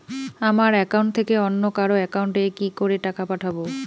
আমার একাউন্ট থেকে অন্য কারো একাউন্ট এ কি করে টাকা পাঠাবো?